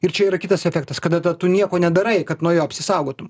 ir čia yra kitas efektas kada ta tu nieko nedarai kad nuo jo apsisaugotum